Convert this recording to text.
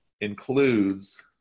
includes